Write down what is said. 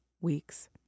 weeks